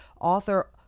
author